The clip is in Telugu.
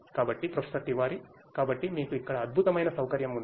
కాబట్టి ప్రొఫెసర్ తివారీ కాబట్టి మీకు ఇక్కడ అద్భుతమైన సౌకర్యం ఉంది